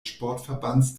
sportverbands